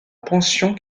pension